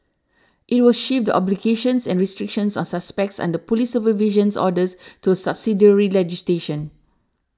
it will shift the obligations and restrictions on suspects under police supervision orders to subsidiary legislation